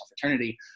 fraternity